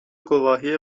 گواهی